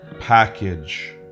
package